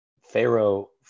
Pharaoh